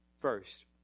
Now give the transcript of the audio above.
First